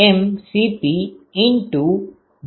Cp x dTh સાચું છે